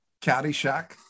Caddyshack